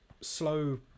slow